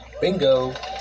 Bingo